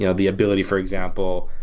yeah the ability, for example,